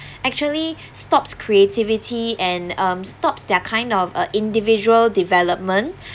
actually stops creativity and um stops their kind of uh individual development